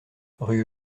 rue